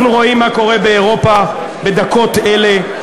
אנחנו רואים מה קורה באירופה בדקות אלה.